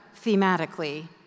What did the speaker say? thematically